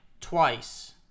twice